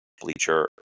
bleacher